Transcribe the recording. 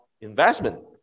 investment